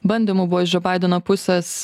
bandymų buvo iš badeno pusės